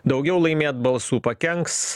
daugiau laimėt balsų pakenks